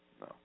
no